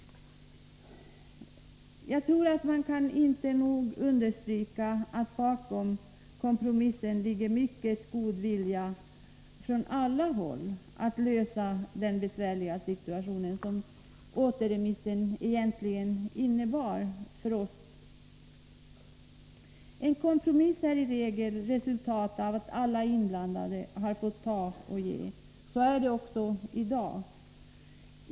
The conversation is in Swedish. Jag tror att man inte nog kan understryka att bakom kompromissen ligger mycket god vilja från alla håll att lösa den besvärliga situation som återremissen innebar för oss. En kompromiss är i regel ett resultat av att alla inblandade har fått ta och ge. Så är det också i dag.